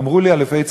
אמרו לי אלופי צבא,